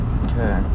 okay